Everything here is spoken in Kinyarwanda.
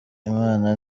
imana